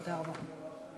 תודה רבה.